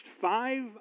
five